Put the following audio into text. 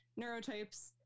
neurotypes